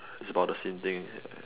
it's about the same thing